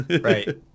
right